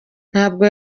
ntabwo